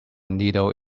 needle